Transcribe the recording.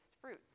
fruits